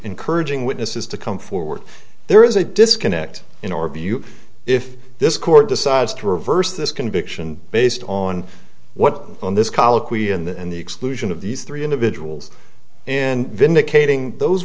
encouraging witnesses to come forward there is a disconnect in or view if this court decides to reverse this conviction based on what in this colloquy and the exclusion of these three individuals and vindicating those